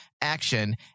action